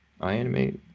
iAnimate